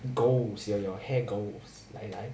goals you or your hair goals like night